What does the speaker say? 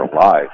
alive